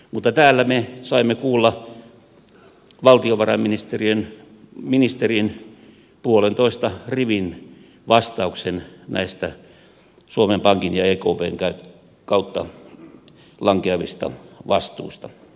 mutta täällä me saimme kuulla valtiovarainministerin puolentoista rivin vastauksen näistä suomen pankin ja ekpn kautta lankeavista vastuista